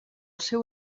seu